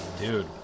Dude